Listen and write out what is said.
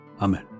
Amen